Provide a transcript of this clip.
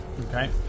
Okay